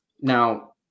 Now